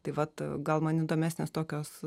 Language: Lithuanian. tai vat gal man įdomesnės tokios